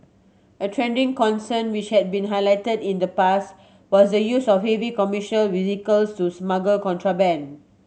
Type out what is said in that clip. a trending concern which had been highlighted in the past was the use of heavy commercial vehicles to smuggle contraband